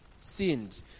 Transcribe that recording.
sinned